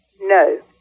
No